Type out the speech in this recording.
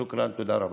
שוכרן, תודה רבה.